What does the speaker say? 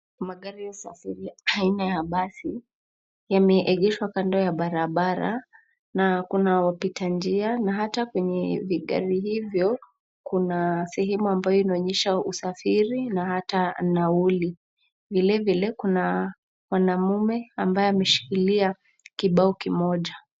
Magari ya usafiri aina ya basi yameegeshwa kando ya barabara na kuna wapita njia na hata kwenye vigari hivyo kuna sehemu ambayo inaonyesha usafiri na hata nauli. Vile vile kuna mwanume ambaye ameshikilia kibao kimoja.